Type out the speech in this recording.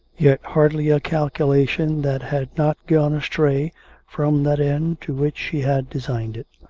yet hardly a calculation that had not gone astray from that end to which she had designed it.